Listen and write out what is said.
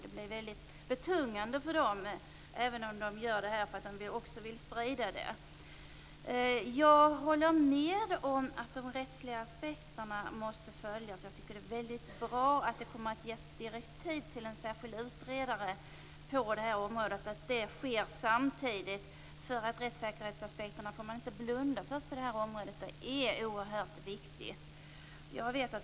Det blir väldigt betungande för dem, även om de är intresserade av att sprida sina erfarenheter. Jag håller med om att de rättsliga aspekterna måste följas. Det är bra att det kommer att ges direktiv till en särskild utredare och att det sker samtidigt. Rättssäkerhetsaspekterna får man inte blunda för. Det är oerhört viktigt.